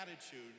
attitude